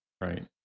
Right